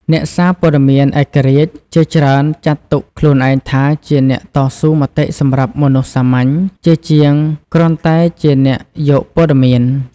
អ្នកសារព័ត៌មានឯករាជ្យជាច្រើនចាត់ទុកខ្លួនឯងថាជាអ្នកតស៊ូមតិសម្រាប់មនុស្សសាមញ្ញ ជាជាងគ្រាន់តែជាអ្នកយកព័ត៌មាន។